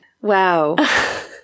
Wow